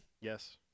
Yes